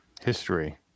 history